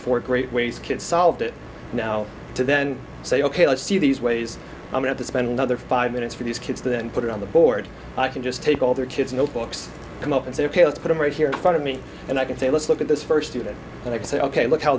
four great ways kids solved it now to then say ok let's see these ways i'm going to spend another five minutes for these kids then put it on the board i can just take all their kids notebooks come up and say ok let's put them right here in front of me and i can say let's look at this first student and i said ok look how